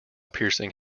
piercing